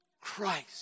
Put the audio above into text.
Christ